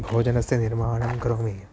भोजनस्य निर्माणं करोमि